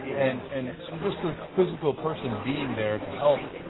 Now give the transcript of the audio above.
and and and just a physical person being there to help.